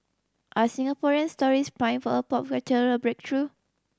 are Singaporean stories primed for a pop breakthrough